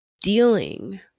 dealing